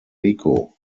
rico